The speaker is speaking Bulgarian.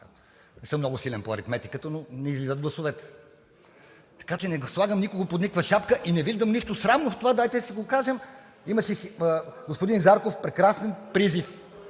Не съм много силен по аритметиката, но не излизат гласовете. Така че не слагам никого под никаква шапка и не виждам нищо срамно в това, дайте да си го кажем. Господин Зарков прекрасен призив